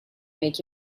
make